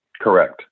correct